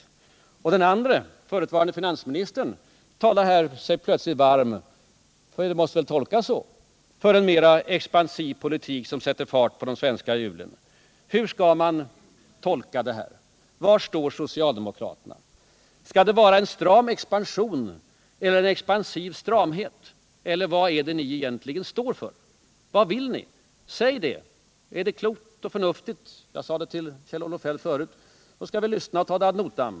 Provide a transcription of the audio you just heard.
Den andre socialdemokraten, förutvarande finansministern, talar sig sedan plötsligt varm för — det måste väl tolkas så — en mera expansiv politik som sätter fart på de svenska hjulen. Hur skall man tolka detta? Var står socialdemokraterna? Skall det vara en stram expansion eller en expansiv stramhet, eller vad är det ni egentligen står för? Vad vill ni? Säg det! Är det klokt och förnuftigt skall vi — jag sade det till Kjell-Olof Feldt förut — lyssna och ta det ad notam.